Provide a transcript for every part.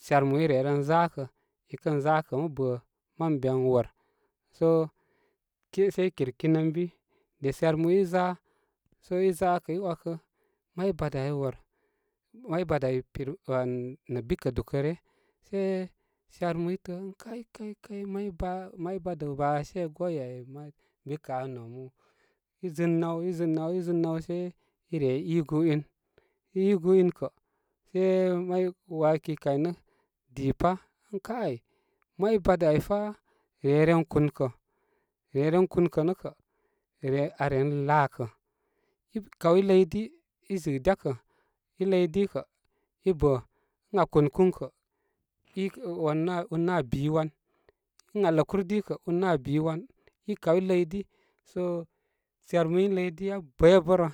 Shyarmu i re ren za kə i kən zakə mə bə mən be wor sə ti sə i kir kin ən bi de shyarmu i za sə i za kə' i wakə may badə ai aa wor may badə ai kir wan nə' bikə' dukə re se shyarmu i tə'ə' ən kai kai may baa, may badə baashe gwoi ai may bikə aa nomu i zin naw i zin naw i zin naw se i rer i i gu in i i gu in kə' se may waaki kaynə' di pa ən kai may badə ai fa re ye ren kunkə reye re kunkə nə' kə aa la'a'kə kawi ləy di i zɨ dekə i ləy dikə i bə ən aa kun kə' wan un nə aa bi wan ən aa ləkuru di kə un nə aabi wan i kaw i ləy di sə shyarmu in ləy di aa bəybə' bə'rə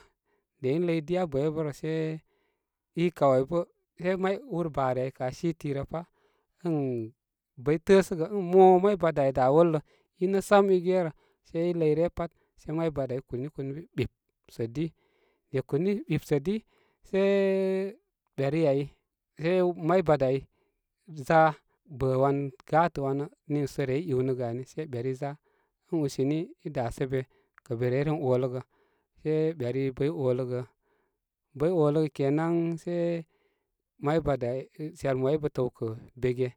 de in ləy ai abəybə'bə'rə seii kaw ai bə may ur baari ai kə' aa si ti rə pa, batuny tə'ə'səgə, mo may badə ai da worlə i nə' sam i gerə sai i ləy ryə pat sə may badə ai kuni kun ən bi ɓip sə di de kuni ɓip sə di se beri ai se may ɓadə ai za bə wan gatə wanə niisə rey iwnəgə ani sai beri za ən usini i da si be kə be rey ren oləgə se beri bəy oləgə bəy oləgə kenan se may badə ai, shyarmu ai i bə təwkə bege.